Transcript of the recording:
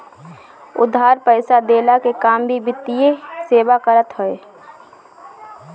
उधार पईसा देहला के काम भी वित्तीय सेवा करत हवे